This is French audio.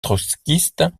trotskiste